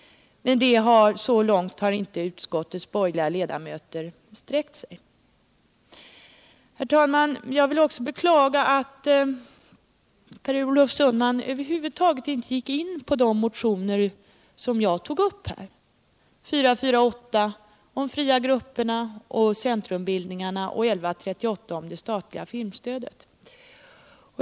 Men så långt har inte utskottets borgerliga ledamöter sträckt sig. Herr talman! Jag vill också beklaga att Per Olof Sundman över huvud taget inte gick in på de motioner som jag tog upp, nr 448 om fria grupper och centrumbildningar och nr 1138 om det statliga filmstödet.